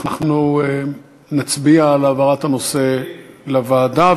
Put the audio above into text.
אנחנו נצביע על העברת הנושא לוועדה,